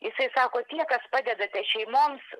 jisai sako tie kas padedate šeimoms